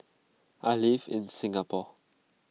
I live in Singapore